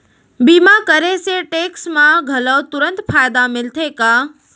बीमा करे से टेक्स मा घलव तुरंत फायदा मिलथे का?